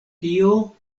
tio